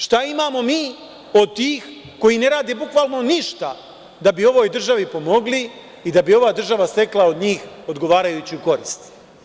Šta imamo mi od tih koji ne rade bukvalno ništa da bi ovoj državi pomogli i da bi ova država stekla od njih odgovarajuću korist?